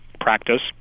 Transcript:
practice